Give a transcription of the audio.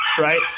right